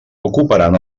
ocuparan